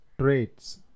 traits